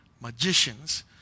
magicians